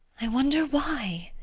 i wonder why?